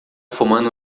fumando